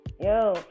yo